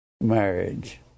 marriage